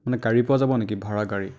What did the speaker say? মানে গাড়ী পোৱা যাব নেকি ভাড়া গাড়ী